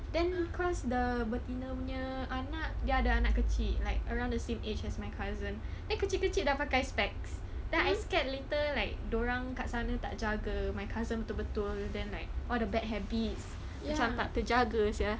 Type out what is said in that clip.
then cause the betina punya anak dia ada anak kecil like around the same age as my cousin then kecil-kecil dah pakai specs then I scared later like dia orang kat sana tak jaga my cousin betul-betul then like all the bad habits macam tak terjaga sia